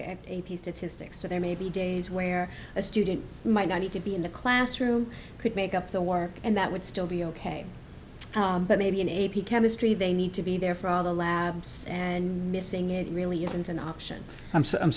a piece to to sticks to there may be days where a student might not need to be in the classroom could make up the work and that would still be ok but maybe an a p chemistry they need to be there for all the labs and missing it really isn't an option i'm